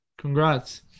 Congrats